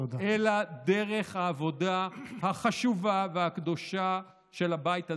אלא דרך העבודה החשובה והקדושה של הבית הזה.